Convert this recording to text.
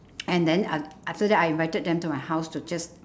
and then a~ after that I invited them to my house to just